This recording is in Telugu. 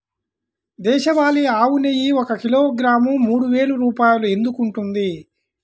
దేశవాళీ ఆవు నెయ్యి ఒక కిలోగ్రాము మూడు వేలు రూపాయలు ఎందుకు ఉంటుంది?